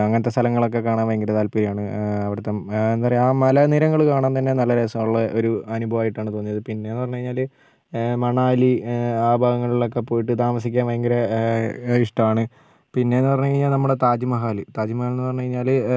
അങ്ങനത്തെ സ്ഥലങ്ങളൊക്കെ കാണാൻ ഭയങ്കര താൽപ്പര്യമാണ് അവിടുത്തെ എന്താ പറയാ ആ മലനിരകൾ കാണാൻ തന്നെ നല്ല രസമുള്ള ഒരു അനുഭവമായിട്ടാണ് തോന്നിയത് പിന്നേന്ന് പറഞ്ഞ് കഴിഞ്ഞാൽ മണാലി ആ ഭാഗങ്ങളിലൊക്കെ പോയിട്ട് താമസിക്കാൻ ഭയങ്കര ഇഷ്ട്ടമാണ് പിന്നേന്ന് പറഞ്ഞ് കഴിഞ്ഞാൽ നമ്മുടെ താജ് മഹാല് താജ് മഹാൽന്ന് പറഞ്ഞ് കഴിഞ്ഞാൽ